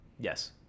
yes